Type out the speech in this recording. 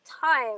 time